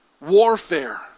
warfare